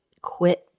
quit